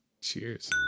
Cheers